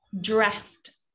dressed